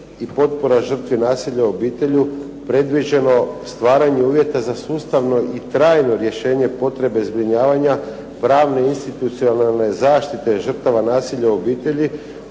i potpora žrtvi nasilja u obitelji predviđeno stvaranje uvjeta za sustavno i trajno rješenje potrebe zbrinjavanja, pravne i institucionalne zaštite žrtava nasilja u obitelji